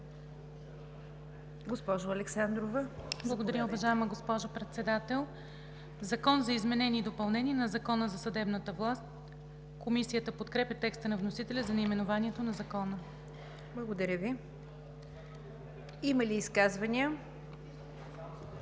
Има ли изказвания?